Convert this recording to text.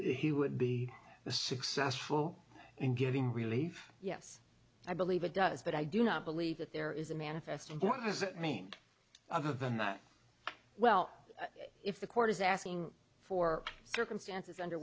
he would be successful in giving relief yes i believe it does but i do not believe that there is a manifest and what does it mean other than that well if the court is asking for circumstances under